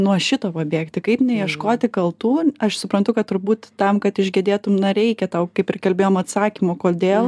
nuo šito pabėgti kaip neieškoti kaltų aš suprantu kad turbūt tam kad išgedėtum na reikia tau kaip ir kalbėjom atsakymo kodėl